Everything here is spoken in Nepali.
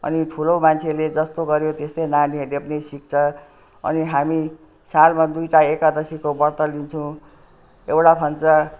अनि ठुलो मान्छेले जस्तो गर्यो त्यस्तै नानीहरूले पनि सिक्छ अनि हामी सालमा दुइटा एकादशीको व्रत लिन्छौँ एउटा भन्छ